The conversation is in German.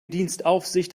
dienstaufsicht